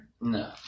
No